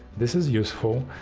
this is useful.